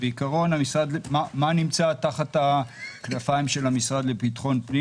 מה נמצא תחת הכנפיים של המשרד לביטחון פנים?